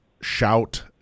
shout